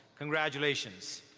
congratulations.